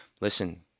Listen